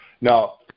Now